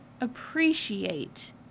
appreciate